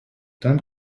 dann